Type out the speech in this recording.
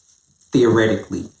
theoretically